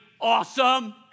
awesome